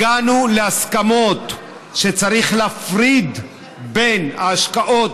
הגענו להסכמות שצריך להפריד בין ההשקעות